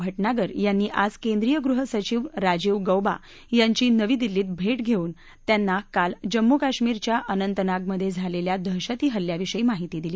भटनागर यांनी आज केंद्रीय गृह सचिव राजीव गौबा यांची नवी दिल्लीत भेट घेऊन त्यांना काल जम्मू काश्मीरच्या अनंतनाग मधे झालेल्या दहशती हल्ल्याविषयी माहिती दिली